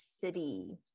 city